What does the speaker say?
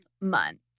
month